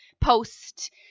post